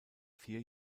vier